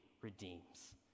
redeems